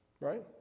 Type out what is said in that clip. Right